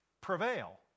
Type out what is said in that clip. prevail